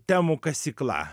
temų kasykla